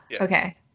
okay